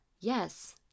Yes